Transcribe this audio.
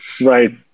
Right